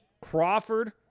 Crawford